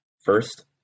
first